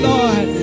Lord